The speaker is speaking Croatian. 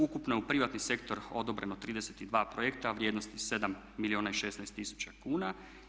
Ukupno je u privatni sektor odobreno 32 projekta vrijednosti 7 milijuna i 16 tisuća kuna.